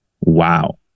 wow